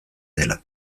dela